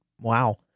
wow